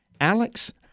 Alex